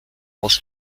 was